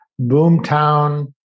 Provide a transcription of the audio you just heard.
boomtown